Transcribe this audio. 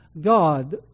God